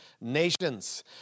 nations